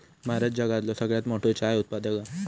भारत जगातलो सगळ्यात मोठो चाय उत्पादक हा